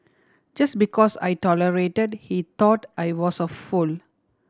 just because I tolerated he thought I was a fool